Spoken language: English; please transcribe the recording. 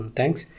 Thanks